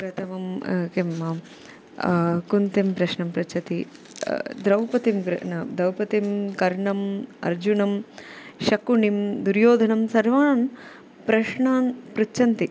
प्रथमं किं कुन्तिं प्रश्नं पृच्छति द्रौपदीं वृ ण द्रौपदीं कर्णम् अर्जुनं शकुनी दुर्योधनं सर्वान् प्रश्नान् पृच्छन्ति